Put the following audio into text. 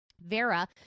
Vera